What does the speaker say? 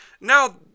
now